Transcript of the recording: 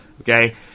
okay